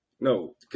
No